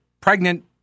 pregnant